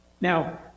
Now